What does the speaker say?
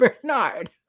Bernard